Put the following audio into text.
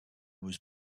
was